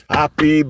Happy